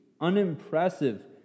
unimpressive